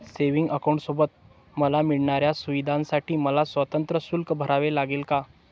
Savings अकाउंटसोबत मला मिळणाऱ्या सुविधांसाठी मला स्वतंत्र शुल्क भरावे लागेल का?